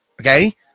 okay